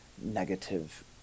negative